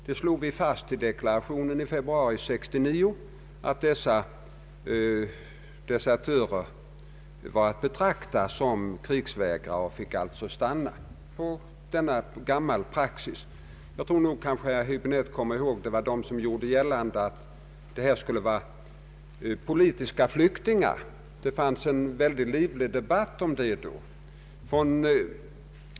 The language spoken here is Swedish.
Vi slog fast i deklarationen i februari 1969 att dessa desertörer var att betrakta såsom sådana krigsvägrare och alltså fick stanna. Jag tror nog att herr Hibinette kommer ihåg deklarationen. Någon gjorde gällande att det i verkligheten var fråga om politiska flyktingar, och det uppstod en mycket livlig debatt.